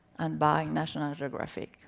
and buy national geographic.